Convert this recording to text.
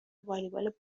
والیبال